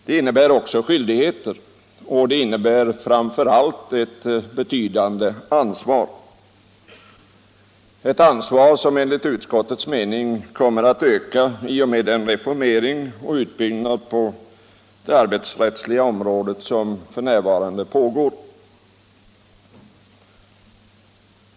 Det innebär också skyldigheter, och det innebär framför allt ett betydande ansvar, ett ansvar som enligt utskottets mening kommer att öka i och med den reformering av och den utbyggnad på det arbetsrättsliga området som f. n. pågår.